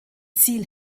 ziel